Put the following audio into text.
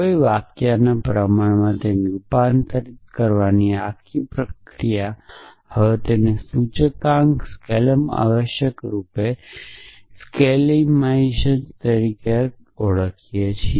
કોઈ વાક્યને પ્રમાણમાં રૂપાંતરિત કરવાની આ આખી પ્રક્રિયા હવે આપણે તેને સૂચકાંક સ્ક્લેમ આવશ્યકરૂપે સ્ક્લેઇમાઇઝેશન તરીકે કહીએ છીએ